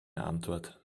antwort